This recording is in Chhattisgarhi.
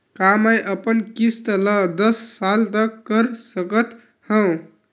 का मैं अपन किस्त ला दस साल तक कर सकत हव?